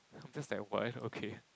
just like what okay